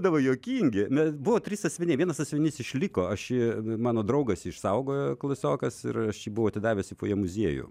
būdavo juokingi ne buvo trys sąsiuviniai vienas sąsiuvinys išliko aš mano draugas išsaugojo klasiokas ir aš jį buvau atidavęs į fojė muziejų